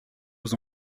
aux